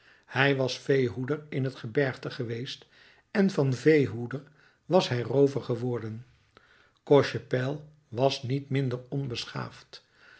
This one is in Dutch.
hij was veehoeder in het gebergte geweest en van veehoeder was hij roover geworden cochepaille was niet minder onbeschaafd